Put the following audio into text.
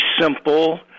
simple